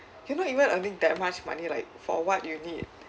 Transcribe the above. you're not even earning that much money like for what you need